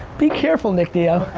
be careful, nick dio.